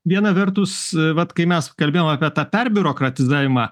viena vertus vat kai mes kalbėjom apie tą perbiurokratizavimą